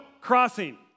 crossing